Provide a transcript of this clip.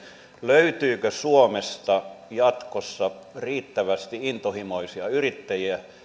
löytyykö suomesta jatkossa riittävästi intohimoisia yrittäjiä